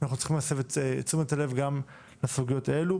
אז אנחנו צריכים להסב את תשומת הלב שלנו גם לסוגיות האלו.